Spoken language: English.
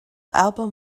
album